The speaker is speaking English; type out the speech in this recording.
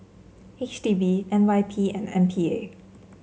H D B N Y P and M P A